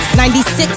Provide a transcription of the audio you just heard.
96